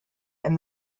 and